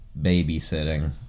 babysitting